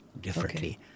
differently